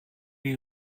die